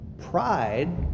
Pride